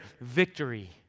victory